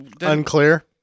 Unclear